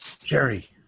Jerry